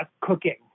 cooking